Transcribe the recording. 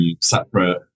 separate